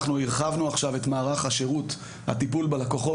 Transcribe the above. אנחנו הרחבנו עכשיו את מערך שירות הטיפול בלקוחות,